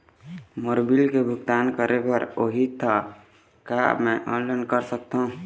मोर bill के भुगतान करे बर होही ता का मैं ऑनलाइन कर सकथों?